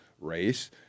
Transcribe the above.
race